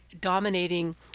dominating